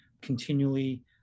continually